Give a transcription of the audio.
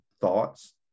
thoughts